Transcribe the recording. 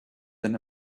than